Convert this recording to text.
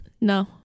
No